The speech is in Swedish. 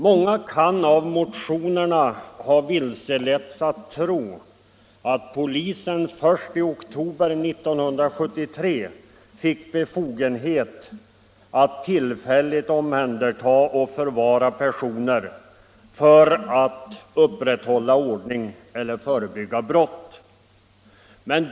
Många kan av motionerna ha vilseletts till att tro att polisen först i oktober 1973 fick befogenhet att tillfälligt omhänderta och förvara personer för att upprätthålla ordningen eller förebygga brott.